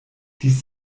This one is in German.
dies